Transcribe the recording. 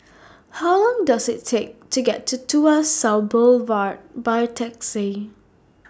How Long Does IT Take to get to Tuas South Boulevard By Taxi